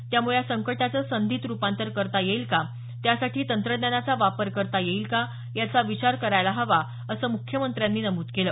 त्यामुळे या संकटाचं संधीत रुपांतर करता येईल का त्यासाठी तंत्रज्ञानाचा वापर करता येईल का याचा विचार करायला हवा असं मुख्यमंत्र्यांनी नमूद केलं